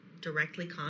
directly